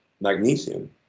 magnesium